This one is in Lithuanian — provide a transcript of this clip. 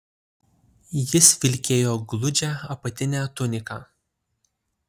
jis vilkėjo gludžią apatinę tuniką